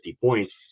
points